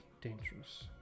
dangerous